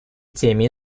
теми